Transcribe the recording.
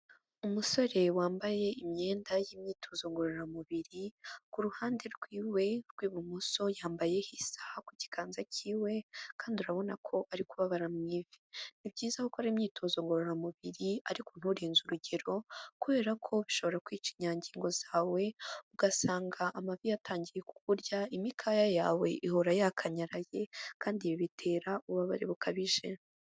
Umusore wambaye imyenda y'imyitozo ngororamubiri, ku ruhande rw'iwe rw'ibumoso yambaye isaha ku kiganza cy'iwe, kandi urabona ko ari kubabara mu ivi, ni byiza ko ukora imyitozo ngororamubiri ariko nturenze urugero, kubera ko bishobora kwica inyangingo zawe, ugasanga amavi yatangiye kukurya, imikaya yawe ihora yakanyaraye kandi ibi bitera ububabare bukabije.